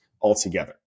altogether